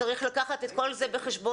צריך לקחת את כל זה בחשבון.